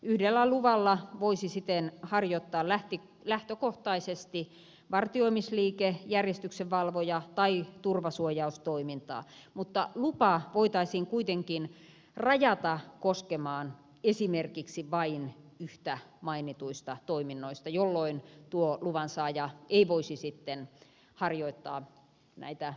yhdellä luvalla voisi siten harjoittaa lähtökohtaisesti vartioimisliike järjestyksenvalvoja tai turvasuojaustoimintaa mutta lupa voitaisiin kuitenkin rajata koskemaan esimerkiksi vain yhtä mainituista toiminnoista jolloin tuo luvansaaja ei voisi sitten harjoittaa näitä muita toimintoja